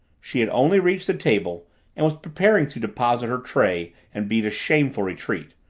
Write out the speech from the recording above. she had only reached the table and was preparing to deposit her tray and beat a shameful retreat,